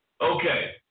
Okay